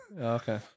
okay